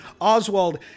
oswald